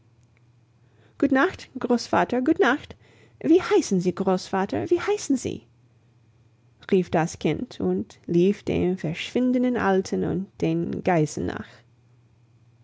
gut nacht großvater gut nacht wie heißen sie großvater wie heißen sie rief das kind und lief dem verschwindenden alten und den geißen nach